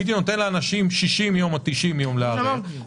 הייתי נותר לאנשים 60 ימים או 90 ימים לערער,